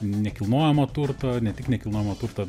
nekilnojamo turto ne tik nekilnojamo turto